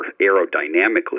aerodynamically